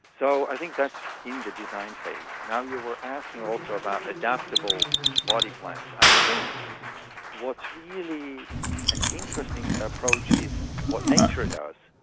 so i think that's in the design phase. you were asking also about adaptable body plans. i think what's really an interesting approach is what nature does.